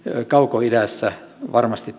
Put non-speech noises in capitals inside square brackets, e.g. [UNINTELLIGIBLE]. kaukoidässä varmasti [UNINTELLIGIBLE]